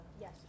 Yes